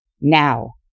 Now